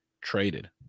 traded